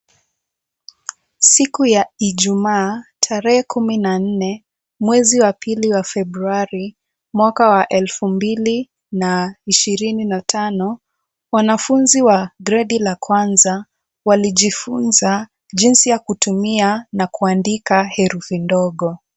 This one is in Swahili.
Siku ya Ijumaa tarehe kumi na nne mwezi wa pili wa Februari mwaka wa elfu mbili na ishirini na tano wanafunzi wa gredi la kwanza walijifunza jinsi ya kutumia na kuandika herufi ndogo.